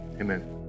amen